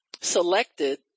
selected